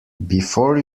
before